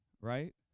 Right